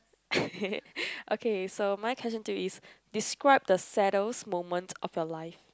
okay so my question to you is describe the saddest moment of your life